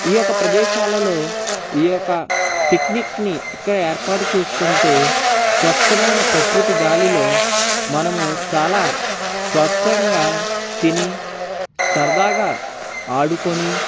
ఈ యొక్క ప్రదేశాలలో ఈ యొక్క పిక్నిక్ని ఇక్కడ ఏర్పాటు చేసుకుంటే స్వచ్ఛమైన ప్రకృతి గాలిలో మనము చాలా స్వచ్ఛంగా తిని సరదాగా ఆడుకొని